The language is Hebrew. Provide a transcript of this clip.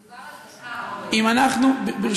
מדובר על דקה, אורן, על דקה של אנשים.